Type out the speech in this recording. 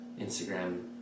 Instagram